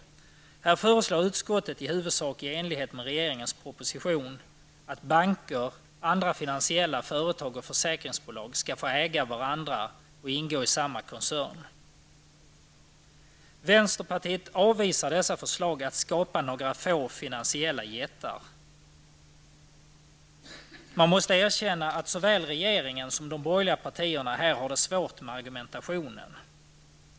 Utskottet föreslår i huvudsak i enlighet med regeringens propostion att banker, andra finansiella företag och försäkringsbolag skall få äga varandra och ingå i samma koncern. Vänsterpartiet avvisar dessa förslag som gör det möjligt att skapa några få finansiella jättar. Man måste erkänna att såväl regeringen som de borgerliga partierna har det svårt med argumentationen.